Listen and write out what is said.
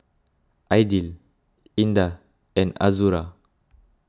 Aidil Indah and Azura